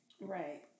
right